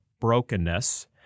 brokenness